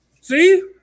See